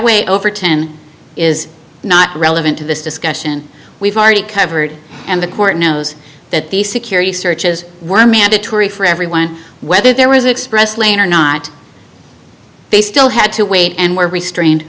way over ten is not relevant to this discussion we've already covered and the court knows that the security searches were mandatory for everyone whether there was an express lane or not they still had to wait and were restrained